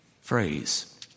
phrase